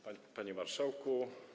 Panie Marszałku!